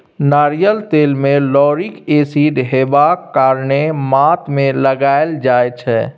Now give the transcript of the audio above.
नारियल तेल मे लाउरिक एसिड हेबाक कारणेँ माथ मे लगाएल जाइ छै